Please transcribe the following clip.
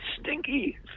stinky